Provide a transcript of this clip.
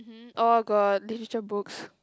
oh god Literature books